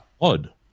odd